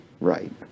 right